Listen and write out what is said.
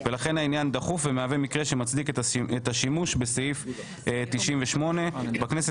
לכן העניין דחוף ומהווה מקרה שמצדיק את השימוש בסעיף 98. בכנסת